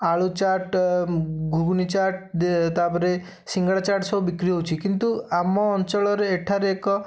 ଆଳୁ ଛାଟ୍ ଘୁଗୁନି ଚାଟ୍ ଦିଏ ତା'ପରେ ଶିଙ୍ଗଡ଼ା ଚାଟ୍ ସବୁ ବିକ୍ରୀ ହେଉଛି କିନ୍ତୁ ଆମ ଅଞ୍ଚଳରେ ଏଠାରେ ଏକ